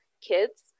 kids